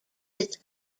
its